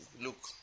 look